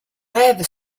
rêve